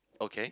okay